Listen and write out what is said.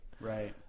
Right